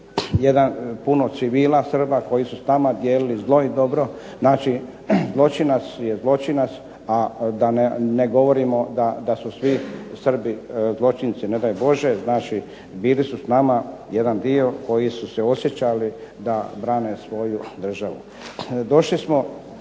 je puno civila Srba koji su s nama dijelili zlo i dobro, znači zločinac je zločinac a da ne govorimo da su svi Srbi zločinci, ne daj Bože. Znači bili su s nama jedan dio koji su se osjećali da brane svoju državu.